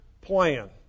plan